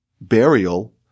Burial